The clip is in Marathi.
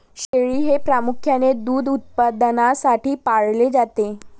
शेळी हे प्रामुख्याने दूध उत्पादनासाठी पाळले जाते